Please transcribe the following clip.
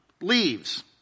leaves